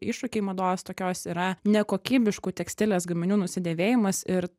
iššūkiai mados tokios yra nekokybiškų tekstilės gaminių nusidėvėjimas ir